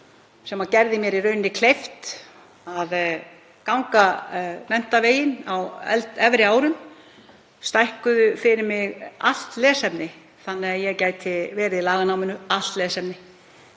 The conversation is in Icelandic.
sem gerði mér í rauninni kleift að ganga menntaveginn á efri árum, þau stækkuðu fyrir mig allt lesefni þannig að ég gæti verið í laganáminu, allt lesefnið.